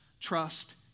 trust